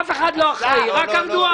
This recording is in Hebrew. אף אחד לא אחראי אלא רק ארדואן.